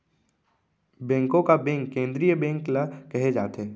बेंको का बेंक केंद्रीय बेंक ल केहे जाथे